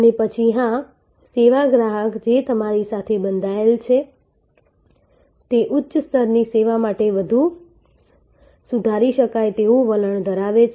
અને પછી હા સેવા ગ્રાહક જે તમારી સાથે બંધાયેલ છે તે ઉચ્ચ સ્તરની સેવા માટે વધુ સુધારી શકાય તેવું વલણ ધરાવે છે